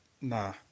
nah